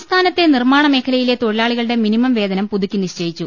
സംസ്ഥാനത്തെ നിർമാണമേഖലയിലെ തൊഴിലാളികളുടെ മിനിമം വേതനം പുതുക്കി നിശ്ചയിച്ചു